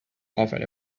often